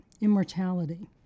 Immortality